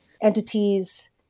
entities